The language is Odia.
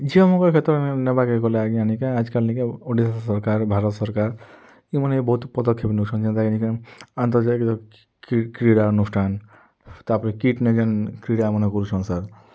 ଝିଅମନ୍କର୍ କ୍ଷେତ୍ର ନେବାକେ ଗଲେ ଆଜ୍ଞା ନିକେଁ ଆଏଜ୍କାଲ୍ ନିକେଁ ଓଡ଼ିଶା ସର୍କାର୍ ଭାରତ୍ ସର୍କାର୍ ଇମାନେ ବି ବହୁତ୍ ପଦକ୍ଷେପ ନେଉଛନ୍ ଯେନ୍ତା କି ନିକେଁ ଆନ୍ତର୍ଜାତିକ କ୍ରୀଡ଼ା ଅନୁଷ୍ଠାନ ତାପରେ କିଟ୍ନେ ଜେନ୍ କ୍ରୀଡ଼ାମାନେ କରୁଛନ୍ ସାର୍